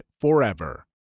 forever